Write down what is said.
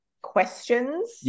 questions